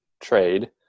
trade